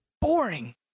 boring